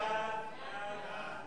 הכנסת אילן גילאון